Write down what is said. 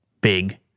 big